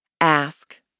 Ask